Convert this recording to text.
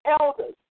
elders